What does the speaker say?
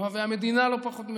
אוהבי המדינה לא פחות,